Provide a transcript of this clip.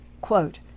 Quote